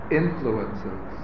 influences